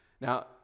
Now